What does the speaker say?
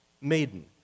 maiden